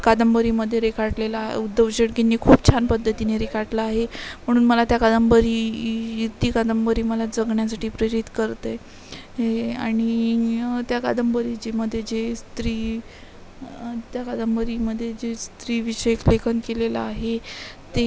कादंबरीमध्ये रेखाटलेला उद्धव शेळकेंनी खूप छान पद्धतीने रेखाटलं आहे म्हणून मला त्या कादंबरी ई ती कादंबरी मला जगण्यासाठी प्रेरित करत आहे हे आणि य त्या कादंबरीची मध्ये जे स्त्री त्या कादंबरीमध्ये जे स्त्रीविषयक लेखन केलेलं आहे ते